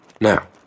Now